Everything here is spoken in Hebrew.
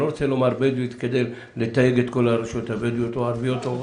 אני לא רוצה לומר בדואית כדי לתייג את כל הרשויות הבדואיות או הערביות.